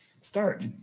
Start